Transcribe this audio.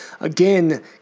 Again